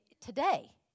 today